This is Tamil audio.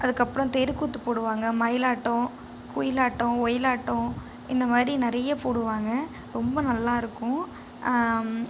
அதுக்கப்புறோம் தெருக்கூத்து போடுவாங்க மயிலாட்டம் குயிலாட்டம் ஒயிலாட்டம் இந்த மாதிரி நிறைய போடுவாங்க ரொம்ப நல்லாயிருக்கும்